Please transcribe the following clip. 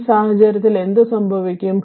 ആ സാഹചര്യത്തിൽ എന്ത് സംഭവിക്കും